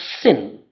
sin